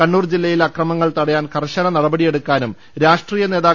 കണ്ണൂർ ജില്ലയിലെ അക്രമങ്ങൾ തട യാൻ കർശുന നടപടിയെടുക്കാനും രാഷ്ട്രീയ നേതാ